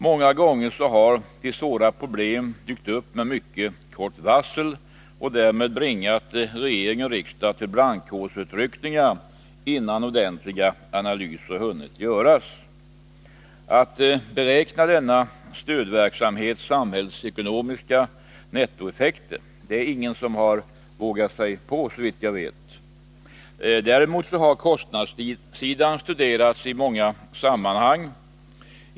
Många gånger har de svåra problemen dykt upp med mycket kort varsel och därmed bringat regering och riksdag till brandkårsutryckningar innan ordentliga analyser hunnit göras. Att beräkna denna stödverksamhets samhällsekonomiska nettoeffekter är det ingen som har vågat sig på, såvitt jag vet. Däremot har kostnadssidan studerats i många sammanhang.